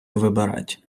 вибирать